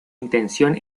intención